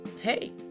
hey